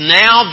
now